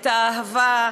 את האהבה,